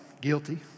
Guilty